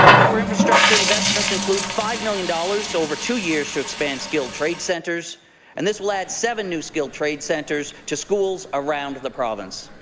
our infrastructure investments include five million dollars over two years to expand skilled trade centres and this will add seven new skilled trade centres to schools around the province.